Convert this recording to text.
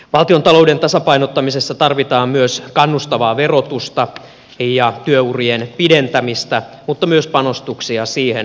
valtiontalouden tasapainottamisessa tarvitaan kannustavaa verotusta ja työurien pidentämistä mutta myös panostuksia työttömyyteen